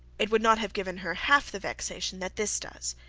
it would not have given her half the vexation that this does.